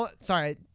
Sorry